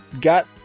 got